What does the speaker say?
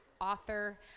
author